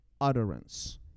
utterance